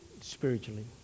spiritually